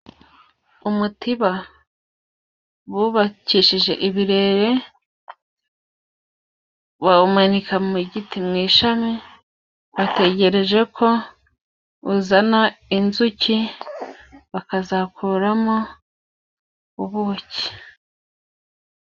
Umutiba bubakishije ibirere bawumanika mu giti mu ishami bategereje ko uzana inzuki bakazakuramo ubuki.